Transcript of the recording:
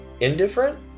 indifferent